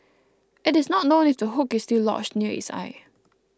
it is not known if the hook is still lodged near its eye